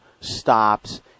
stops